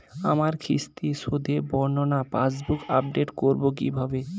আমার কিস্তি শোধে বর্ণনা পাসবুক আপডেট করব কিভাবে?